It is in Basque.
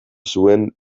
zuen